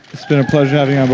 it's been a pleasure having um